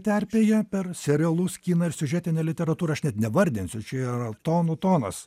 terpėje per serialus kiną ir siužetinę literatūrą aš net nevardinsiu čia yra tonų tonos